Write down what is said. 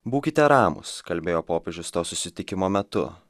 būkite ramūs kalbėjo popiežius to susitikimo metu